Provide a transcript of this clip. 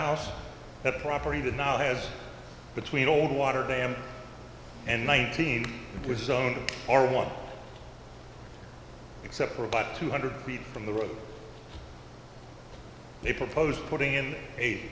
house the property that now has between old water damage and nineteen was zoned for one except for about two hundred feet from the road they proposed putting in a